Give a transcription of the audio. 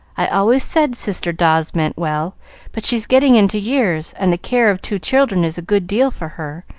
i always said sister dawes meant well but she's getting into years, and the care of two children is a good deal for her,